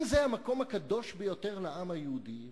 אם זה המקום הקדוש ביותר לעם היהודי,